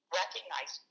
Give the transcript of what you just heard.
recognize